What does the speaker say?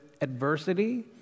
adversity